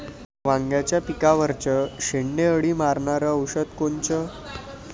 वांग्याच्या पिकावरचं शेंडे अळी मारनारं औषध कोनचं?